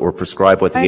or an economic